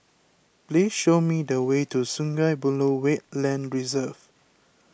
please show me the way to Sungei Buloh Wetland Reserve